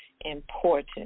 important